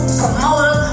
promoter